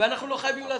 ואנחנו לא חייבים להסכים.